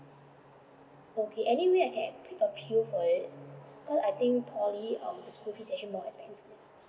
okay anyway I can ap~ appeal for it cause I think poly school fee is actually more expensive